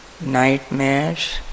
nightmares